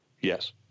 yes